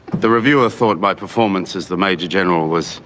the review ah thought my performance as the major general was